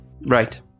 Right